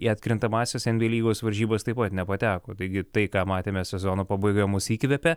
į atkrintamąsias enbyei lygos varžybas taip pat nepateko taigi tai ką matėme sezono pabaiga mus įkvepia